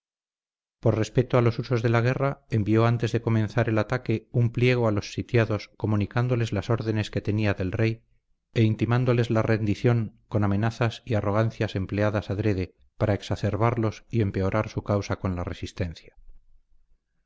por respeto a los usos de la guerra envió antes de comenzar el ataque un pliego a los sitiados comunicándoles las órdenes que tenía del rey e intimándoles la rendición con amenazas y arrogancias empleadas adrede para exacerbarlos y empeorar su causa con la resistencia